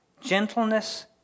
gentleness